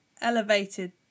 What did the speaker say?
elevated